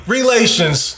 Relations